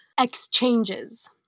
Exchanges